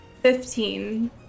Fifteen